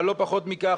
אבל לא פחות מכך,